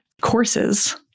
courses